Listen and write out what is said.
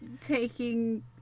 taking